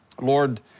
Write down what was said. Lord